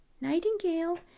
Nightingale